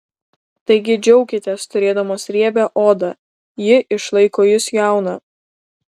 taigi džiaukitės turėdamos riebią odą ji išlaiko jus jauną